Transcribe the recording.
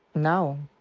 no.